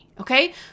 Okay